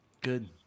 Good